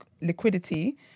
liquidity